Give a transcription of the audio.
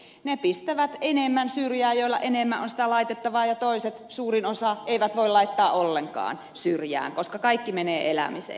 paasio äsken totesi ne pistävät enemmän syrjään joilla enemmän on sitä laitettavaa ja toiset suurin osa eivät voi laittaa ollenkaan syrjään koska kaikki menee elämiseen